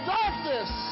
darkness